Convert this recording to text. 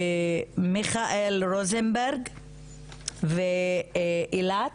מיכאל רוזנברג ואיילת